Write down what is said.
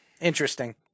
interesting